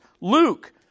Luke